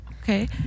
Okay